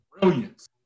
brilliance